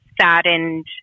saddened